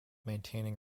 maintaining